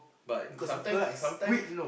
but sometimes sometimes